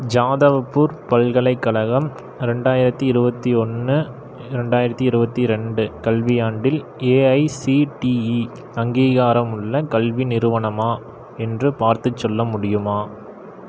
ஜாதவ்பூர் பல்கலைக்கழகம் ரெண்டாயிரத்து இருபத்தி ஒன்று ரெண்டாயிரத்து இருபத்தி ரெண்டு கல்வியாண்டில் ஏஐசிடிஇ அங்கீகாரமுள்ள கல்வி நிறுவனமா என்று பார்த்துச் சொல்ல முடியுமா